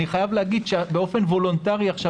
אני חייב לומר שבאופן וולנטרי עכשיו,